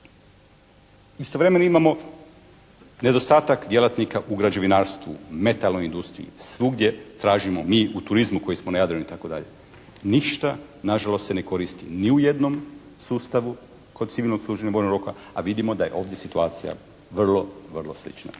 Istovremeno imamo nedostatak djelatnika u građevinarstvu, metalnoj industriji, svugdje tražimo mi u turizmu koji smo na Jadranu itd. Ništa nažalost se ne koristi ni u jednom sustavu kod civilnog služenja vojnog roka a vidimo da je ovdje situacija vrlo, vrlo slična.